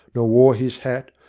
nor wore his hat,